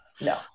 No